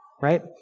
Right